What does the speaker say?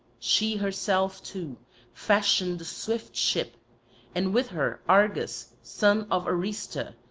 she herself too fashioned the swift ship and with her argus, son of arestor,